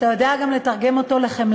אתה יודע גם לתרגם לחמלה,